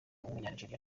w’umunyanigeriya